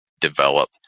develop